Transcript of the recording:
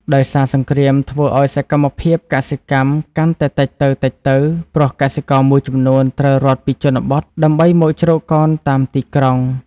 ដោយសារសង្គ្រាមធ្វើឲ្យសកម្មភាពកសិកម្មកាន់តែតិចទៅៗ ព្រោះកសិករមួយចំនួនត្រូវរត់ពីជនបទដើម្បីមកជ្រកកោនតាមទីក្រុង។